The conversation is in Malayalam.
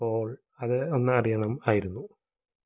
അപ്പോൾ അത് ഒന്ന് അറിയണമായിരുന്നു